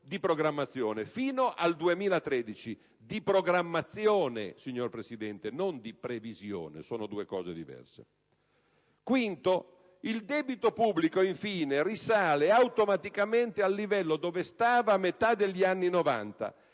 di programmazione, fino al 2013 («di programmazione» signor Presidente, non «di previsione»: sono due cose diverse); il quinto, il debito pubblico, infine, risale automaticamente al livello dove stava a metà degli anni '90